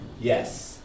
Yes